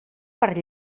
per